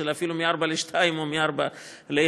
אלא אפילו מ-4 ל-2 או מ-4 ל-1.